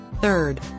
Third